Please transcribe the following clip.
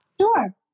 Sure